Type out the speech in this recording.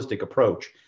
approach